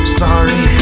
sorry